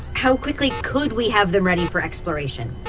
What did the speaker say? how quickly could we have them ready for exploration?